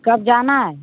कब जाना है